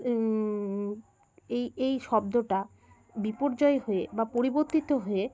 এই এই শব্দটা বিপর্যয় হয়ে বা পরিবর্তিত হয়ে